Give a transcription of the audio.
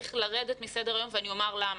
צריך לרדת מסדר היום ואני אומר למה.